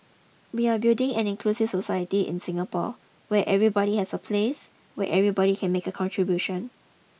we are building an inclusive society in Singapore where everybody has a place where everybody can make a contribution